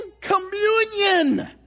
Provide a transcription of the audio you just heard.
communion